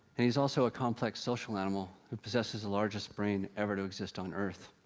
and he's also a complex, social animal, who possesses the largest brain ever to exist on earth.